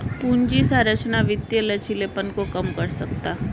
पूंजी संरचना वित्तीय लचीलेपन को कम कर सकता है